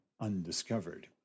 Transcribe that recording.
undiscovered